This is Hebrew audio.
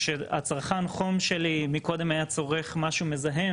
כשצרכן החום שלי מקודם היה צורך משהו מזהם